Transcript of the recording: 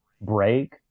break